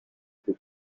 خوب